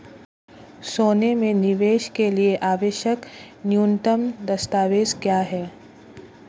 सोने में निवेश के लिए आवश्यक न्यूनतम दस्तावेज़ क्या हैं?